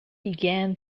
began